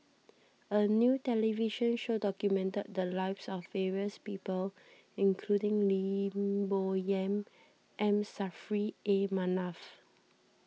a new television show documented the lives of various people including Lim Bo Yam M Saffri A Manaf